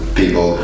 people